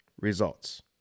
results